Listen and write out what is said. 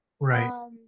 Right